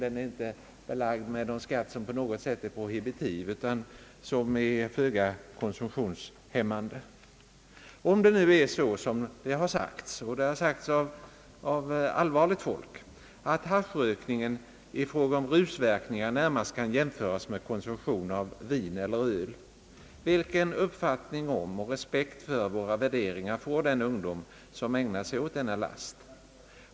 Den är inte belagd med skatt som på något sätt är prohibitiv, utan skatten är föga konsumtionshämmande. Om det nu är som det sagts 'av allvarligt folk att haschrökningen i fråga om rusverkningar närmast kan jämföras med konsumtion av vin eller öl, vilken uppfattning om och vilken respekt för våra värderingar får den ungdom som ägnar sig åt denna last?